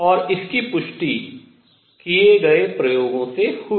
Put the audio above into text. और इसकी पुष्टि किए गए प्रयोगों से हुई